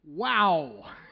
Wow